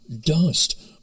Dust